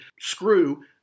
screw